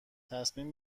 تصمیم